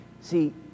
See